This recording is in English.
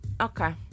Okay